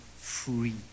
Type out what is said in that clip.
free